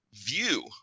view